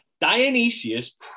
Dionysius